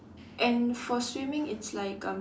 and for swimming it's like um